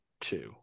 two